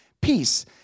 peace—